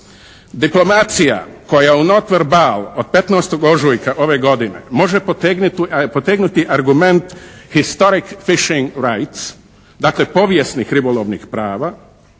/Govornik se ne razumije./ od 15. ožujka ove godine može potegnuti argument "historic fishing rights", dakle, Povjesnik ribolovnik prava,